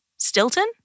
Stilton